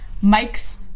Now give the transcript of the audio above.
Mike's